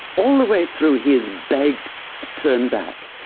all the way through he is begged to turn back.